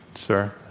sir?